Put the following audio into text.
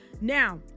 now